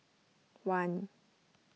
one